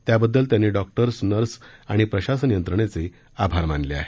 त्याबद्दल त्यांनी doctors nurse आणि प्रशासन यंत्रणेचे आभार मानले आहेत